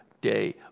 day